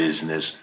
business